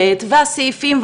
או שמקשיב לנו בזום,